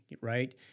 right